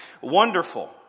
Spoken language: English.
Wonderful